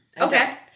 Okay